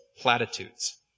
platitudes